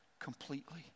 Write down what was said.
completely